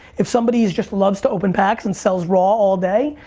if somebody's just, loves to open packs and sells raw all day,